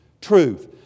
Truth